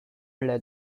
let